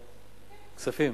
כספים.